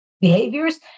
behaviors